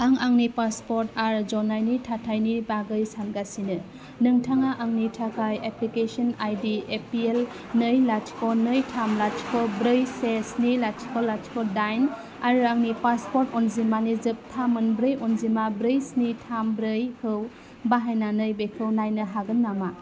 आं आंनि पासपर्ट आरो ज'नायनि थाथायनि बागै सानगासिनो नोंथाङा आंनि थाखाय application I D A P L नै लाथिख' नै थाम लाथिख' ब्रै से स्नि लाथिख' लाथिख' दाइन आरो आंनि पासपर्ट अनजिमानि जोबथा मोन ब्रै अनजिमा ब्रै स्नि थाम ब्रैखौ बाहायनानै बेखौ नायनो हागोन नामा